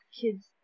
kids